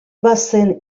bazen